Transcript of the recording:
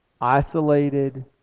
isolated